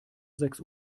sechs